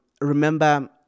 remember